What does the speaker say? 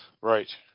Right